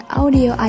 audio